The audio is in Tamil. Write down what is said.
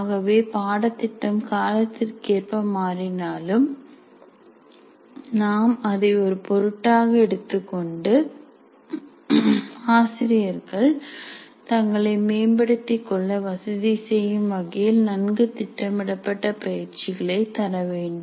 ஆகவே பாடத்திட்டம் காலத்திற்கேற்ப மாறினாலும் நாம் அதை ஒரு பொருட்டாக எடுத்துக்கொண்டு ஆசிரியர்கள் தங்களை மேம்படுத்திக் கொள்ள வசதி செய்யும் வகையில் நன்கு திட்டமிடப்பட்ட பயிற்சிகளை தரவேண்டும்